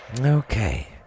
Okay